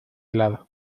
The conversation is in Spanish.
lado